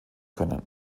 können